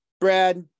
brad